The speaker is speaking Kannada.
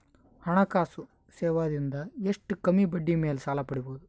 ಹಣಕಾಸು ಸೇವಾ ದಿಂದ ಎಷ್ಟ ಕಮ್ಮಿಬಡ್ಡಿ ಮೇಲ್ ಸಾಲ ಪಡಿಬೋದ?